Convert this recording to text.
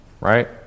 right